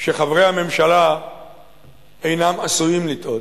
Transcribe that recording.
שחברי הממשלה אינם עשויים לטעות.